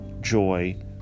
joy